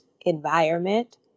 environment